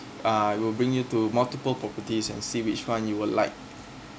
uh we will bring you to multiple properties and see which one you would like